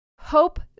Hope